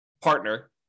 partner